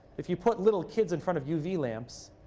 if you put little kids in front of uv lamps,